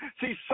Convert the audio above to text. See